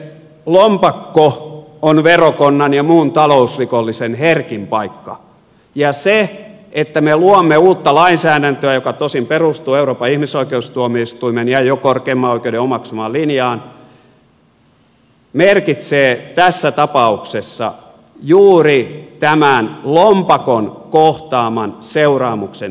lompakko on verokonnan ja muun talousrikollisen herkin paikka ja se että me luomme uutta lainsäädäntöä joka tosin perustuu euroopan ihmisoikeustuomioistuimen ja jo korkeimman oikeuden omaksumaan linjaan merkitsee tässä tapauksessa juuri tämän lompakon kohtaaman seuraamuksen lievenemistä